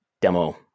demo